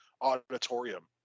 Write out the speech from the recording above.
auditorium